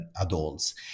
adults